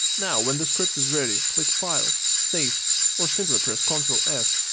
now, when the script is ready click file save or simply press ctrl s.